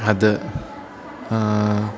അത്